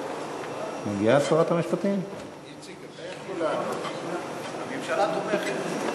אני אודה לך אם תבדקי מה באמת קורה במחלקה הזאת,